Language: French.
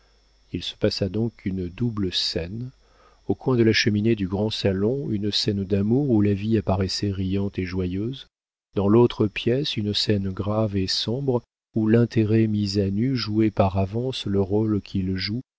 il se passa donc une double scène au coin de la cheminée du grand salon une scène d'amour où la vie apparaissait riante et joyeuse dans l'autre pièce une scène grave et sombre où l'intérêt mis à nu jouait par avance le rôle qu'il joue